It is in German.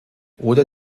oder